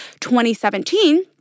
2017—